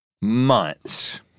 months